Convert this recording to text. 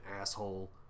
asshole